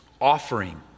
Offering